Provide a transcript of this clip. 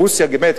רוסיה באמת,